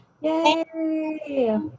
Yay